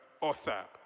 author